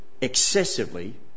excessively